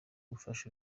gufasha